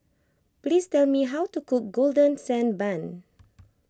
please tell me how to cook Golden Sand Bun